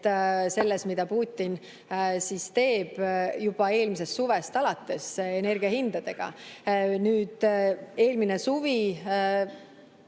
selles, mida Putin teeb juba eelmisest suvest alates energia hindadega. Eelmisel suvel